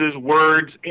words